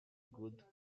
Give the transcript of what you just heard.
good